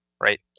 right